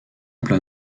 plat